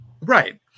right